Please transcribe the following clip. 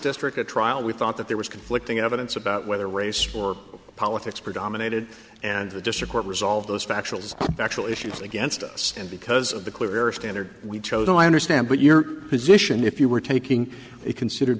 district a trial we thought that there was conflicting evidence about whether race or politics predominated and the district court resolve those factual actual issues against us and because of the clear standard we've chosen i understand what your position if you were taking a considered